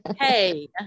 Hey